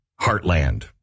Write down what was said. heartland